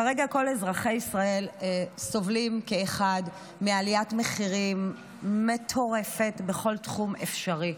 כרגע כל אזרחי ישראל כאחד סובלים מעליית מחירים מטורפת בכל תחום אפשרי: